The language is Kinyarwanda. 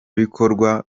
bikorwa